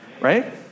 right